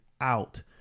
out